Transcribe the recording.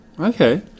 Okay